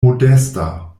modesta